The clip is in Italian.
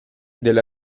della